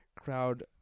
Crowd